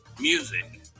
music